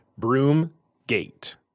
Broomgate